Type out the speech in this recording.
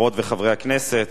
חברות וחברי הכנסת,